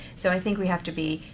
so i think we have to be,